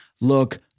look